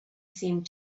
seemed